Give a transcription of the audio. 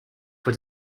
for